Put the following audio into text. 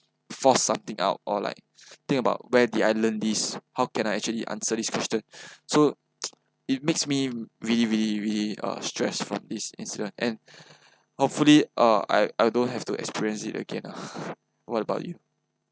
force something out or like think about where did I learn this how can I actually answer this question so it makes me really really really uh stress from this incident and hopefully uh I I don't have to experience it again ah what about you